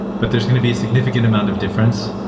but there's going to be significant amount of difference.